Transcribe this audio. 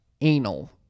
anal